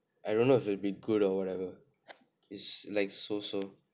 I don't know if it will be good or whatever is like so so